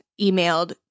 emailed